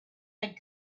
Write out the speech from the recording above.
had